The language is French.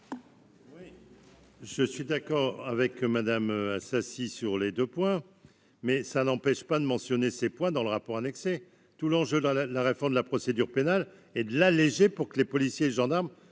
Je suis d'accord avec Madame Assassi sur les 2 points mais ça n'empêche pas de mentionner ces points dans le rapport annexé tout l'enjeu, la, la, la réforme de la procédure pénale et de l'alléger pour que les policiers, gendarmes,